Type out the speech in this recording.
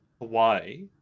Hawaii